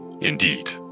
indeed